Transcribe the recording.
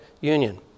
union